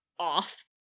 Off